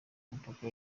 mupaka